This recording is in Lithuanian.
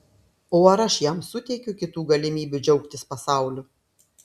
o ar aš jam suteikiu kitų galimybių džiaugtis pasauliu